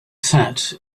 sat